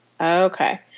Okay